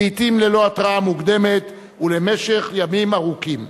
לעתים ללא התראה מוקדמת ולמשך ימים ארוכים,